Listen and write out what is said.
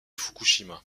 fukushima